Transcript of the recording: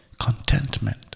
Contentment